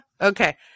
Okay